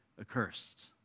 accursed